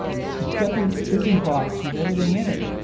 got the busy box with everything in it,